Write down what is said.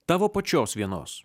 tavo pačios vienos